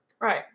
Right